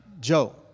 Joe